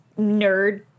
nerd